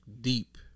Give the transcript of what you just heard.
deep